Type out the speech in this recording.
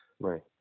Right